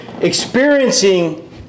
experiencing